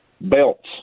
Belts